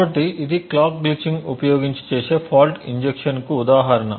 కాబట్టి ఇది clock glitching ఉపయోగించి చేసే ఫాల్ట్ ఇంజెక్షన్కు ఉదాహరణ